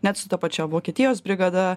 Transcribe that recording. net su ta pačia vokietijos brigada